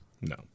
No